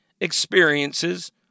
experiences